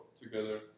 together